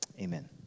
Amen